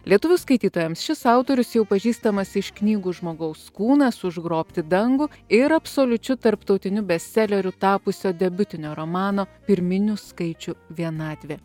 lietuvių skaitytojams šis autorius jau pažįstamas iš knygų žmogaus kūnas užgrobti dangų ir absoliučiu tarptautiniu bestseleriu tapusio debiutinio romano pirminių skaičių vienatvė